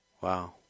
wow